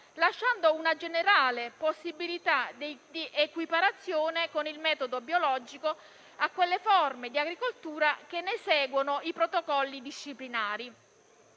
lasciando una generale possibilità di equiparazione con il metodo biologico a quelle forme di agricoltura che ne seguono i protocolli disciplinari.